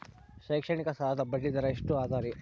ಶೈಕ್ಷಣಿಕ ಸಾಲದ ಬಡ್ಡಿ ದರ ಎಷ್ಟು ಅದರಿ?